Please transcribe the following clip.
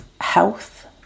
health